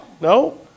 No